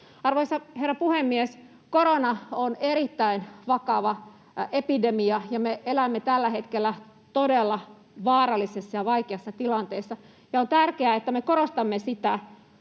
Arvoisa herra puhemies! Korona on erittäin vakava epidemia, ja me elämme tällä hetkellä todella vaarallisessa ja vaikeassa tilanteessa. Ja on tärkeää, että me korostamme sitä,